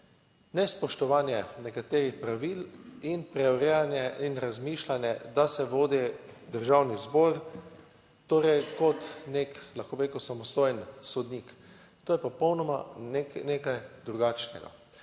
nespoštovanje nekaterih pravil in preurejanje in razmišljanje, da se vodi Državni zbor, torej kot nek, lahko bi rekel, samostojen sodnik. To je popolnoma nekaj drugačnega.